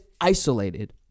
isolated